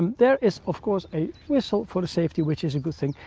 there is, of course, a whistle for safety, which is a good thing.